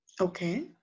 Okay